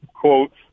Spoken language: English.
quotes